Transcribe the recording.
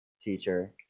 teacher